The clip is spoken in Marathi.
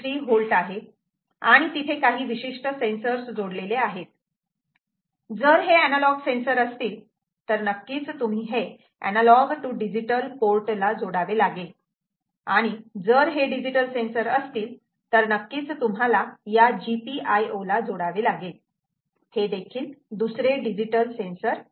3 V आहे आणि तिथे काही विशिष्ट सेन्सर्स जोडलेले आहेत जर हे एनालॉग सेन्सर असतील तर नक्कीच तुम्ही हे एनालॉग टू डिजिटल पोर्ट ला जोडावे लागेल आणि जर हे डिजिटल सेन्सर असतील तर नक्कीच तुम्हाला या GPIO ला जोडावे लागेल हे देखील दुसरे डिजिटल सेन्सर आहे